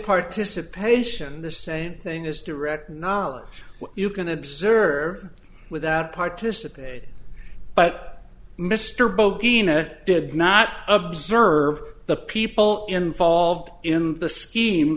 participation the same thing as direct knowledge you can observe without participating but mr bogeying a did not observe the people involved in the scheme